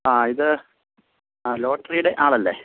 ആ ഇത് ആ ലോട്ടറിയുടെ ആളല്ലെ